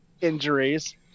injuries